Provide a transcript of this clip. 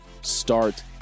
start